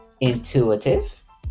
intuitive